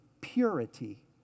purity